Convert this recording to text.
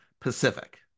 Pacific